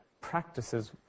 practices